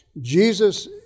Jesus